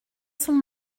son